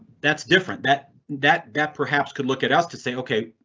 that's different that that that perhaps could look at us to say ok,